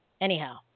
anyhow